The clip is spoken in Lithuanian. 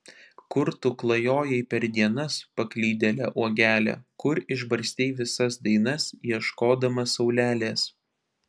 kur tu klajojai per dienas paklydėle uogele kur išbarstei visas dainas ieškodama saulelės